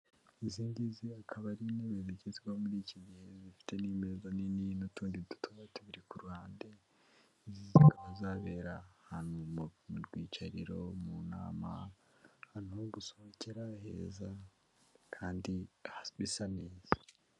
Izi ni intebe zigezweho muri iki gihe zifite n'ameza manini n'utundi dutoya tubiri ku ruhande zikaba zabera ahantu mu rwicariro ,mu nama, ahantu ho gusohokera heza kandi bisa neza.